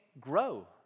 grow